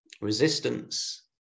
resistance